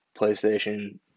PlayStation